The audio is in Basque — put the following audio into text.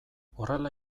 horrela